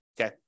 okay